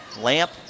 Lamp